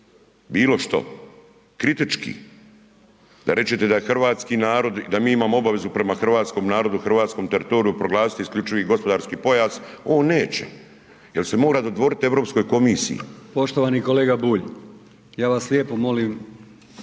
bilo što, kritički da rečete da je hrvatski narod da mi imamo obavezu prema hrvatskom narodu, hrvatskom teritoriju proglasiti isključivi gospodarski pojas on neće jer se mora dodvoriti Europskoj komisiji. **Brkić, Milijan (HDZ)** Poštovani kolega Bulj, ja vas lijepo molim